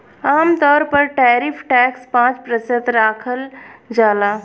आमतौर पर tariff tax पाँच प्रतिशत राखल जाला